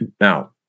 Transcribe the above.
Now